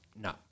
No